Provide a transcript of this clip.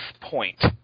point